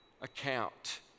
account